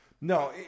No